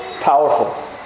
powerful